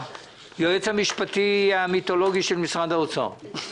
היועץ המשפטי המיתולוגי של משרד האוצר,